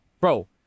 bro